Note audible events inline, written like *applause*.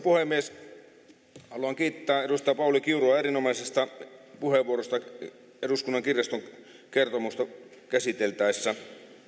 *unintelligible* puhemies haluan kiittää edustaja pauli kiurua erinomaisesta puheenvuorosta eduskunnan kirjaston kertomusta käsiteltäessä